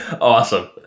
Awesome